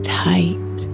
tight